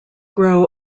grow